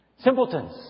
Simpletons